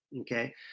Okay